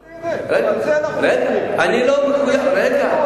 על זה אנחנו מדברים, אנחנו מחויבים.